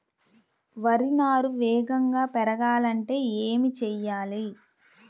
వరి నారు వేగంగా పెరగాలంటే ఏమి చెయ్యాలి?